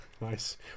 Nice